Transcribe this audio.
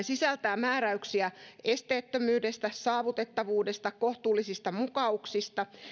sisältää määräyksiä esteettömyydestä saavutettavuudesta kohtuullisista mukautuksista